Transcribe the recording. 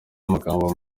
amagambo